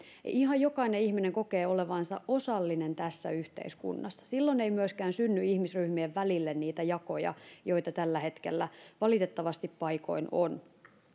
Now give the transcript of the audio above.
ihan jokainen ihminen kokee olevansa osallinen tässä yhteiskunnassa silloin ei myöskään synny ihmisryhmien välille niitä jakoja joita tällä hetkellä valitettavasti paikoin on